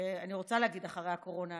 אני רוצה להגיד אחרי הקורונה,